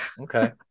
Okay